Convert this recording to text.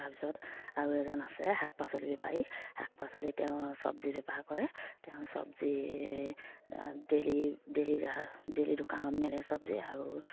তাৰপিছত আৰু এজন আছে শাক পাচলি বেপাৰী শাক পাচলি তেওঁ চব্জি বেপাৰ কৰে তেওঁ চবজি ডেইলি ডেইলি ডেইলি দোকানত মেলে চব্জি আৰু